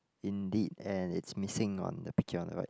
indeed and it's missing on the picture on the right